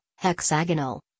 hexagonal